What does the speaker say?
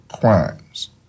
crimes